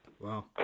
Wow